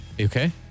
okay